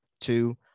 two